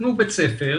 נתנו בית ספר,